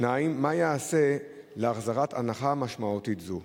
2. מה ייעשה להחזרת הנחה משמעותית זו?